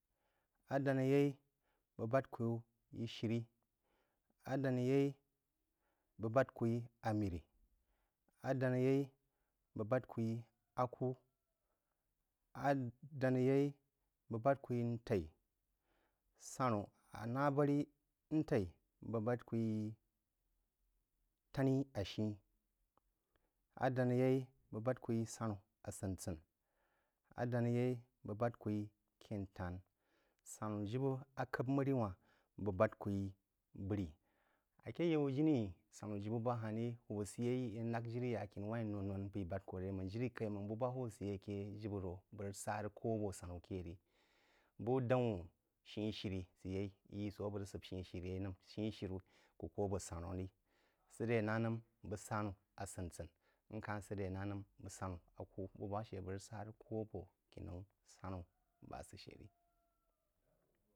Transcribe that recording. Adanā yei bəg bād kú yi shirí, a danā yei bəg bād kú yī aməri, a danā yei bəg bād kú aku̍, a danā yei bəg bād kú yī ntəī, sanú a ná barí ntaí bəg bād kú yi tani-a-shi-ī, a danā yei bəg bād kú yī sanú-a-sin sin, a danā yei bəg bād kú yī kēn’tan, sanú jibə a k’əb məri wānh bəg bād kú yī brí. Aké yai jini sanú jibə bā han̄ ri hūwūb səyeí í nak jiri yá a khini wānh rī nough-nough máng n p’eí bād kú ré máng jiri-kau máng bú bá hūwūb sə ké jibəro bəg rəg sa rəg kō a bō sanū kē ri. Bū dau̍n shí shirí səyeí – í yí sō a bəg rəg səb shí shirí yeí nəm – shi shin kú kō a bō sunú rī, sə ré nanəm bəg sanu-a-sin-sin, n ká sə ré na nəm bəg sanú akú, bəg ba shə bəg rəg sá rəg kō bō kinaú ba sə shə ri.